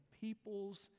peoples